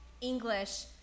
English